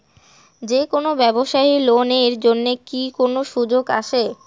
যে কোনো ব্যবসায়ী লোন এর জন্যে কি কোনো সুযোগ আসে?